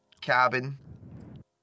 Cabin